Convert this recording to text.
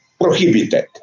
prohibited